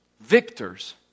Victors